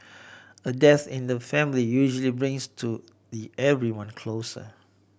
a death in the family usually brings to everyone closer